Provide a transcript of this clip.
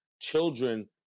Children